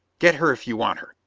get her if you want her.